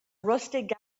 rusty